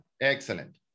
Excellent